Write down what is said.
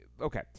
okay